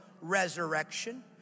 resurrection